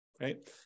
Right